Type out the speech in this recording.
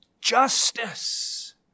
justice